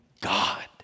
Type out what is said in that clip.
God